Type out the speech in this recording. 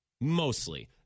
Mostly